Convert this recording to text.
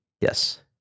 yes